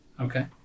Okay